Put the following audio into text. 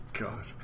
God